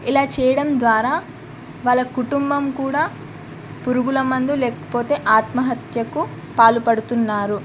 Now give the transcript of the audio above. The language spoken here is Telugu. ఇలా చేయడం ద్వారా వాళ్ళ కుటుంబం కూడా పురుగుల మందు లేకపోతే ఆత్మహత్యకు పాలుపడుతున్నారు